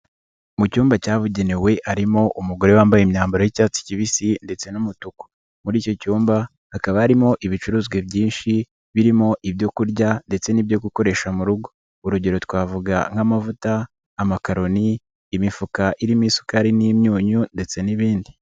Mu cyumba cyabugenewe harimo umugore wambaye imyambaro y'icyatsi kibisi ndetse n'umutuku, muri icyo cyumba hakaba harimo ibicuruzwa byinshi birimo ibyo kurya ndetse n'ibyo gukoresha mu rugo, urugero twavuga nk'amavuta, amakaroni, imifuka irimo isukari n'imyunyu ndetse n'ibindi.